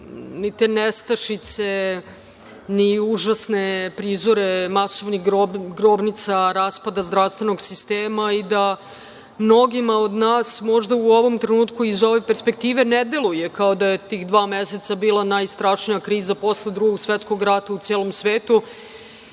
ni te nestašice, ni užasne prizore masovnih grobnica, raspada zdravstvenog sistema i da mnogima od nas možda u ovom trenutku iz ove perspektive ne deluje kao da je tih dva meseca bila najstrašnija kriza posle Drugog svetskog rada u celom svetu